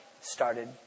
started